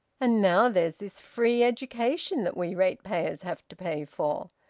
and now there's this free education, that we ratepayers have to pay for.